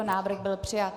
Návrh byl přijat.